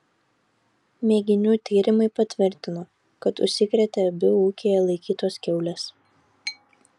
mėginių tyrimai patvirtino kad užsikrėtė abi ūkyje laikytos kiaulės